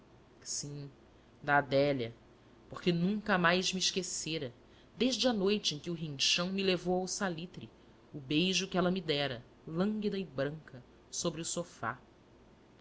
sim da adélia porque nunca mais me esquecera desde a noite em que o rinchão me levou ao salitre o beijo que ela me dera lânguida e branca sobre o sofá